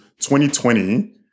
2020